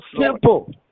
simple